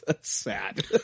Sad